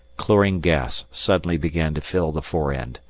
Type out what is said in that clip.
chlorine gas suddenly began to fill the fore-end.